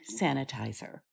sanitizer